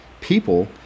people